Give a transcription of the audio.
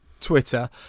Twitter